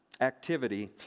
activity